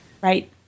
Right